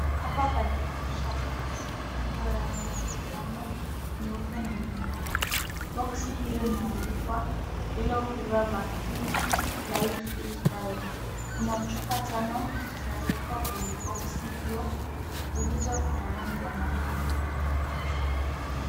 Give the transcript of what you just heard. Hapa panaonyesha boxi iliyo ya rangi ya manjano, nyeupe na nyekundu. Boxi hiyo imeandikwa yellow fever vaccine live freeze-dried . Kuna chupa tano zinazotoka kwenye boxi hiyo zilizo na rangi ya manjano pia.